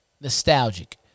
Nostalgic